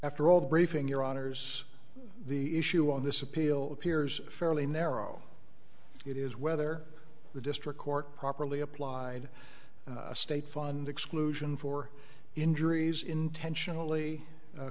after all briefing your honour's the issue on this appeal appears fairly narrow it is whether the district court properly applied a state fund exclusion for injuries intentionally